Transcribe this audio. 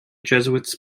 jesuits